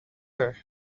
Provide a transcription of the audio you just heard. her